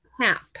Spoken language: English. Cap